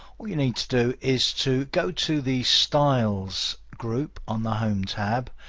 all you need to do is to go to the styles group on the home tab,